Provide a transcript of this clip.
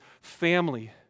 family